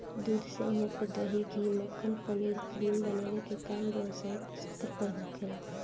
दूध से इहा पे दही, घी, मक्खन, पनीर, क्रीम बनावे के काम व्यवसायिक स्तर पे होखेला